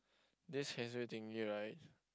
this heng suay thingy right